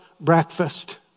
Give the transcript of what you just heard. breakfast